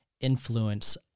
influence